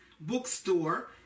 bookstore